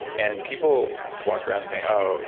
and people walk around saying, oh,